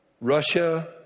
Russia